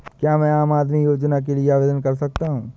क्या मैं आम आदमी योजना के लिए आवेदन कर सकता हूँ?